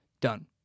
done